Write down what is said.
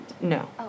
No